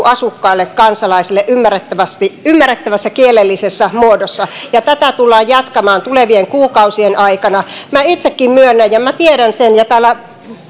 asukkaille kansalaisille ymmärrettävässä kielellisessä muodossa ja tätä tullaan jatkamaan tulevien kuukausien aikana minä itsekin myönnän ja minä tiedän sen ja täällä